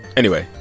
anyway,